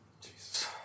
Jesus